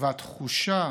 והתחושה